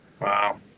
Wow